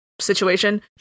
situation